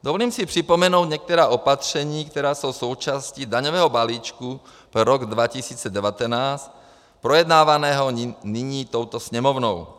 Dovolím si připomenout některá opatření, která jsou součástí daňového balíčku pro rok 2019 projednávaného nyní touto Sněmovnou.